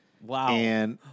Wow